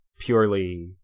purely